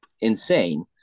insane